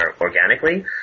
organically